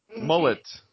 Mullet